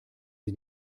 sie